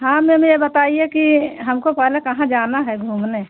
हाँ मैम यह बताइए कि हमको पहले कहाँ जाना है घूमने